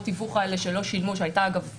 התיווך האלה שלא שילמו --- בעוונותיהם